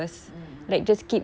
mm mm